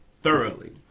thoroughly